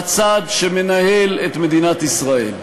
בצד שמנהל את מדינת ישראל.